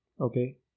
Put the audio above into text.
okay